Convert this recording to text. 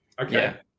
Okay